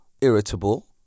irritable